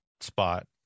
spot